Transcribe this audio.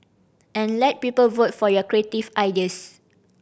and let people vote for your creative ideas